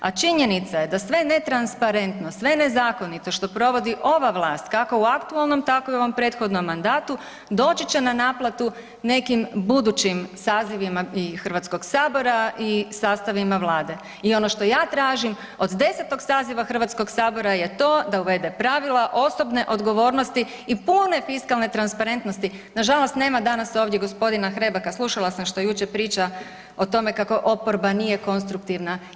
A činjenica je da sve netransparentno, sve nezakonito što provodi ova vlast kako u aktualnom tako i u ovom prethodno mandatu, doći će na naplatu nekim budućim sazivima i Hrvatskog sabora i sastavima Vlade i ono što ja tražim od 10. saziva Hrvatskog sabora je to da uvede pravila osobne odgovornosti i pune fiskalne transparentnosti, nažalost nema danas ovdje g. Hrebaka, slušala sam što jučer priča o tome kako oporba nije konstruktivna.